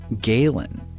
Galen